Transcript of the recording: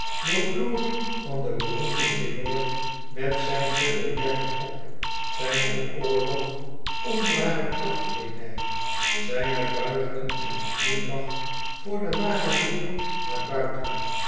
de glorie van den beroemden tenor met zijn te modernen kop zijn voor oorlog onware prachtkleedij zijne buigingen en geglimlach voor de ware wereld daar